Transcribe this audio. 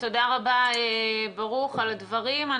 תודה רבה, ברוך, על הדברים.